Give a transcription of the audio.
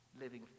living